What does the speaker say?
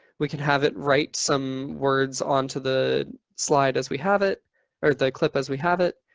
we can have it write some words on to the slide as we have it or the clip as we have it.